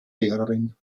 lehrerin